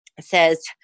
says